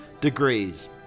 degrees